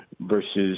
versus